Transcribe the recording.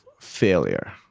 failure